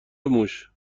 موش